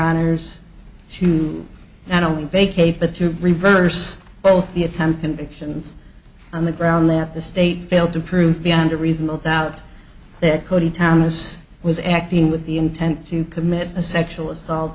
honour's to i don't vacate but to reverse both the attempt convictions on the ground that the state failed to prove beyond a reasonable doubt that cody thomas was acting with the intent to commit a sexual assault